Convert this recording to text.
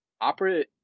Opera